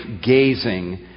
gazing